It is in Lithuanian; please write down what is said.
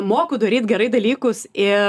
moku daryti gerai dalykus ir